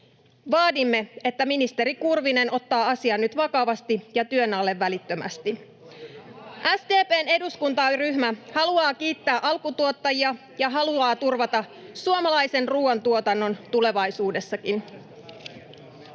Vaadimme, että ministeri Kurvinen ottaa asian nyt vakavasti ja työn alle välittömästi. SDP:n eduskuntaryhmä haluaa kiittää alkutuottajia ja haluaa turvata suomalaisen ruuantuotannon tulevaisuudessakin.